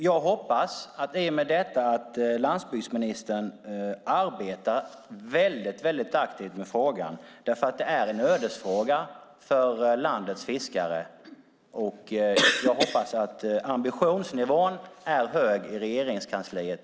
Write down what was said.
Jag hoppas i och med detta att landsbygdsministern arbetar väldigt aktivt med frågan därför att det är en ödesfråga för landets fiskare. Jag hoppas att ambitionsnivån i denna fråga är hög i Regeringskansliet.